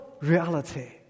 reality